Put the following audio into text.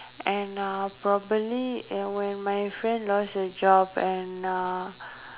and uh probably and when my friend lost her job and uh